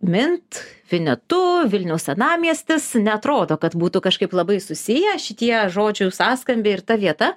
mint vinetu vilniaus senamiestis neatrodo kad būtų kažkaip labai susiję šitie žodžių sąskambiai ir ta vieta